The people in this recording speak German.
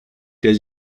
der